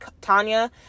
Tanya